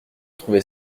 trouvait